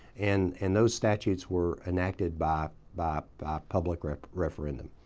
and and those statutes were enacted by by public referendum.